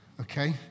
Okay